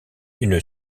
une